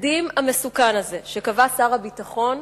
התקדים המסוכן הזה, שקבע שר הביטחון,